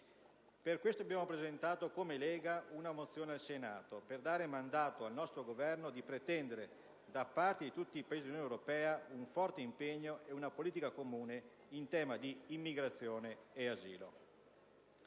Lega Nord ha presentato una mozione al Senato per dare mandato al nostro Governo di pretendere, da parte di tutti i Paesi dell'Unione europea, un forte impegno e una politica comune in tema di immigrazione e asilo.